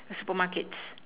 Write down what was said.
supermarkets